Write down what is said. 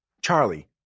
Charlie